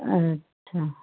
अच्छा